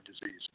disease